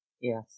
Yes